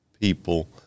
people